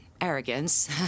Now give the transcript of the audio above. arrogance